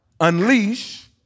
Unleash